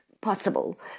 possible